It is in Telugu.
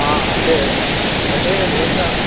అదే అదే మైన్గా